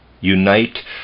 unite